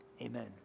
amen